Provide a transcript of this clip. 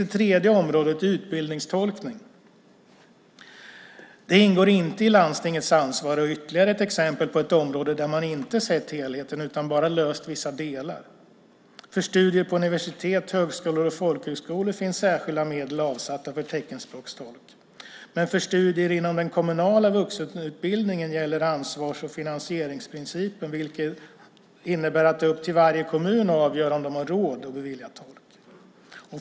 Det tredje området, utbildningstolkning, ingår inte i landstingets ansvar och är ytterligare ett exempel på ett område där man inte har sett till helheten utan bara löst vissa delar. För studier på universitet, högskolor och folkhögskolor finns särskilda medel avsatta för teckenspråkstolkning. Men för studier inom den kommunala vuxenutbildningen gäller ansvars och finansieringsprincipen, vilket innebär att det är upp till varje kommun att avgöra om de har råd att bevilja tolk.